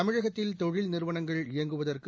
தமிழகத்தில் தொழில் நிறுவனங்கள் இயங்குவதற்கு